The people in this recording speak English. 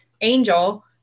angel